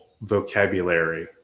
vocabulary